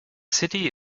city